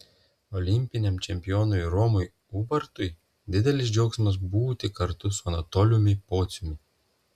olimpiniam čempionui romui ubartui didelis džiaugsmas būti kartu su anatolijumi pociumi